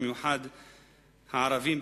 במיוחד הערבים,